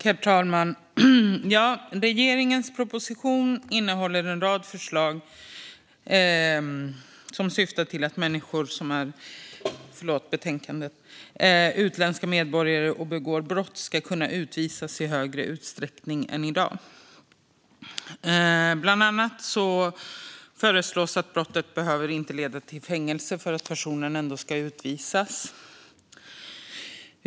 Herr talman! Regeringens proposition innehåller en rad förslag som syftar till att utländska medborgare som begår brott ska kunna utvisas i högre utsträckning än i dag. Bland annat föreslås att brottet inte behöver leda till fängelse för att personen ändå ska utvisas.